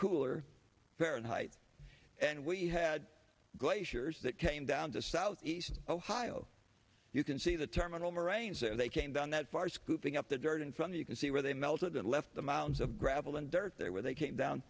cooler fahrenheit and we had glaciers that came down to southeast ohio you can see the terminal moraines there they came down that far scooping up the dirt in from you can see where they melted and left the mounds of gravel and dirt there where they came down